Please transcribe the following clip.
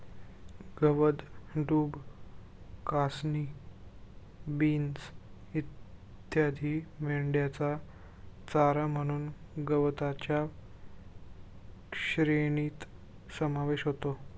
गवत, डूब, कासनी, बीन्स इत्यादी मेंढ्यांचा चारा म्हणून गवताच्या श्रेणीत समावेश होतो